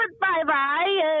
Bye-bye